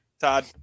Todd